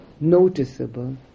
noticeable